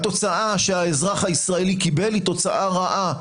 התוצאה שהאזרח הישראלי קיבל היא תוצאה רעה,